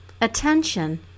Attention